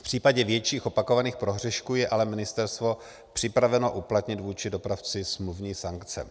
V případě větších opakovaných prohřešků je ale ministerstvo připraveno uplatnit vůči dopravci smluvní sankce.